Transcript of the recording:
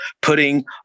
putting